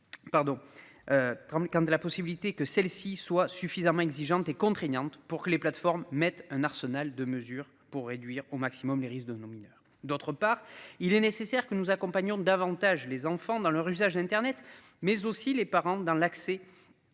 Pardon. 30 quant de la possibilité que celles-ci soient suffisamment exigeante et contraignantes pour que les plateformes mettent un arsenal de mesures pour réduire au maximum les risques de nos mineurs d'autre part, il est nécessaire que nous accompagnons davantage les enfants dans leur usage d'Internet mais aussi les parents dans l'accès.